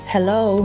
Hello